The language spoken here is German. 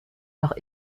noch